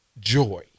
joy